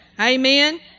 Amen